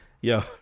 yo